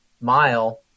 mile